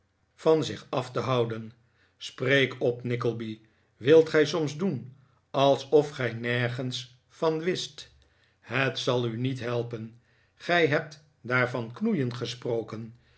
is zich af te houden spreek op nickleby wilt gij soms doen alsof gij nergens van wist het zal u niet helpen gij hebt daar van knoeien gesproken